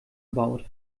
baut